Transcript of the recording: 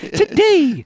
today